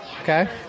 Okay